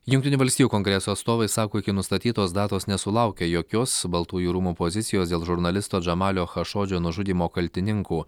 jungtinių valstijų kongreso atstovai sako iki nustatytos datos nesulaukę jokios baltųjų rūmų pozicijos dėl žurnalisto džamalio chašodžio nužudymo kaltininkų